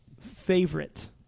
favorite